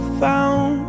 found